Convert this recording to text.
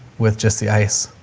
with just the ice.